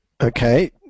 Okay